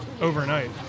overnight